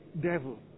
devil